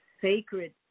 sacred